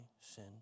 sin